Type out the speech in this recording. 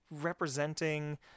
representing